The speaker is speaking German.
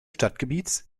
stadtgebiets